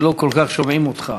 שלא כל כך שומעים אותך.